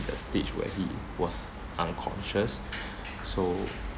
the stage where he was unconscious so